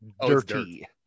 dirty